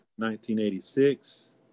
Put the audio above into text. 1986